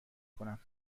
کنم